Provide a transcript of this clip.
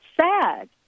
sad